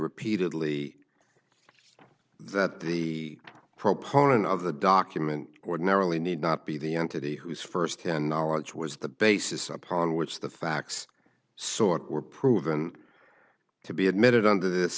repeatedly that the proponent of the document ordinarily need not be the entity whose first hand knowledge was the basis upon which the facts sort were proven to be admitted under this